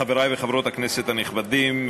חברי וחברות הכנסת הנכבדים,